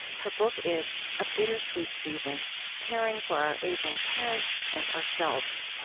her book is a bittersweet season caring for our aging parents and ourselves.